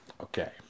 okay